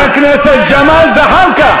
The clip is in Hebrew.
חבר הכנסת ג'מאל זחאלקה.